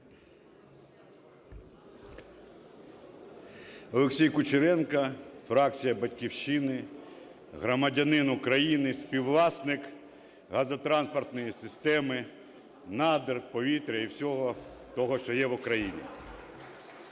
Олексій Кучеренко, фракція "Батьківщина", громадянин України, співвласник газотранспортної системи, надр, повітря і всього того, що є в Україні.